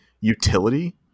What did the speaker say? utility